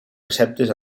receptes